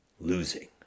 losing